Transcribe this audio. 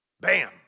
Bam